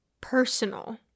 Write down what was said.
personal